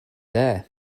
there